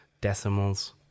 decimals